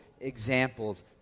examples